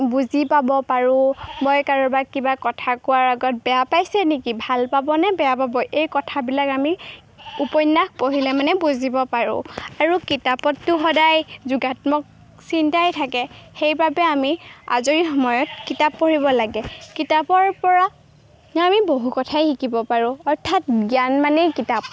বুজি পাব পাৰোঁ মই কাৰোবাক কিবা কথা কোৱাৰ আগত বেয়া পাইছে নেকি ভাল পাবনে বেয়া পাব এই কথাবিলাক আমি উপন্যাস পঢ়িলে মানে বুজিব পাৰোঁ আৰু কিতাপতো সদায় যোগাত্মক চিন্তাই থাকে সেইবাবে আমি আজৰি সময়ত কিতাপ পঢ়িব লাগে কিতাপৰপৰা আমি বহু কথাই শিকিব পাৰোঁ অৰ্থাৎ জ্ঞান মানেই কিতাপ